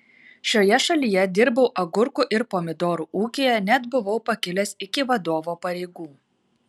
šioje šalyje dirbau agurkų ir pomidorų ūkyje net buvau pakilęs iki vadovo pareigų